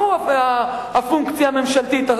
שהוא הפונקציה הממשלתית,